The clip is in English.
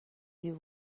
you